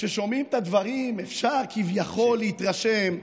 כששומעים את הדברים אפשר כביכול להתרשם,